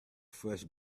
fresh